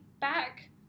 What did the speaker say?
back